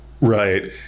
Right